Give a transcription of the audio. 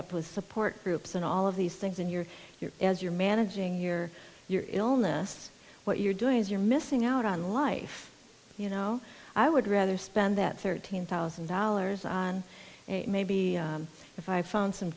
a support groups and all of these things and you're here as you're managing your your illness what you're doing is you're missing out on life you know i would rather spend that thirteen thousand dollars on it maybe if i found some